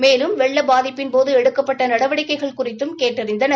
மேலும் வெள்ள பாதிப்பின்போது எடுக்கப்பட்ட நடவடிக்கைகள் குறித்தும் கேட்டறிந்தனர்